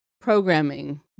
programming